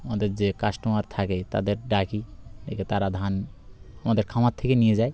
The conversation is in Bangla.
আমাদের যে কাস্টোমার থাকে তাদের ডাকি ডেকে তারা ধান আমাদের খামার থেকে নিয়ে যায়